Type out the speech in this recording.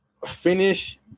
finish